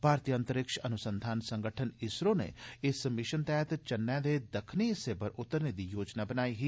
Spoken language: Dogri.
भारतीय अंतरिक्ष अनुसंघान संगठन इसरो नै इक मिशन तैह्त चन्नै दे दक्खनी हिस्से पर उतरने दी योजना बनाई ही